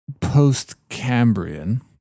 post-Cambrian